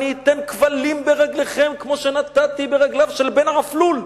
אני אתן כבלים ברגליכם כמו שנתתי ברגליו של בן עפלול,